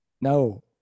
no